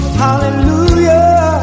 hallelujah